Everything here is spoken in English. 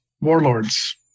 Warlords